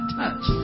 touch